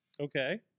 Okay